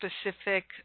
specific